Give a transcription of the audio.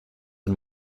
and